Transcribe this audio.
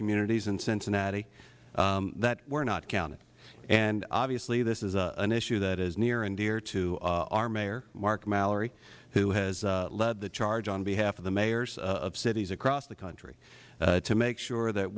communities in cincinnati that were not counted obviously this is an issue that is near and dear to our mayor mark mallory who has led the charge on behalf of the mayors of cities across the country to make sure that